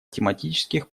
тематических